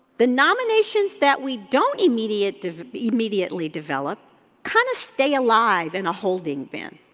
the nominations that we don't immediately immediately develop kinda stay alive in a holding bin.